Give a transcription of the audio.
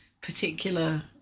particular